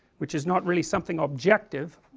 which is not really something objective,